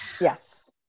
Yes